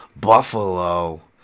Buffalo